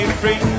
free